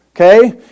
Okay